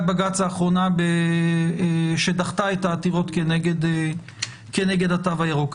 בג"ץ האחרונה שדחתה את העתירות נגד התו הירוק.